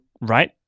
right